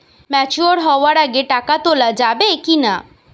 Mature হওয়ার আগে টাকা তোলা যাবে কিনা?